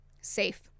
safe